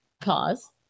Pause